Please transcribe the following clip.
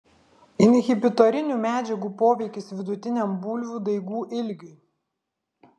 inhibitorinių medžiagų poveikis vidutiniam bulvių daigų ilgiui